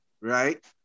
Right